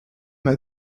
m’a